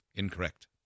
Incorrect